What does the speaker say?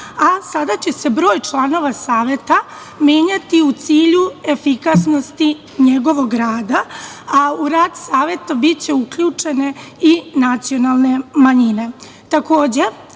a sada će se broj članova saveta menjati u cilju efikasnosti njegovog rada, a u rad saveta biće uključene i nacionalne manjine. Takođe,